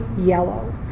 yellow